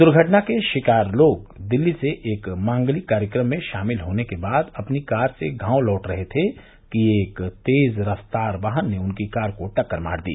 दुर्घटना के शिकार लोग दिल्ली से एक मांगलिक कार्यक्रम में शामिल होने के बाद अपनी कार से गांव लौट रहे थे कि एक तेज रफ्तार वाहन ने उनकी कार को टक्कर मार दी